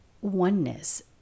oneness